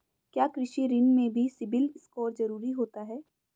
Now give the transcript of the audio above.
क्या कृषि ऋण में भी सिबिल स्कोर जरूरी होता है?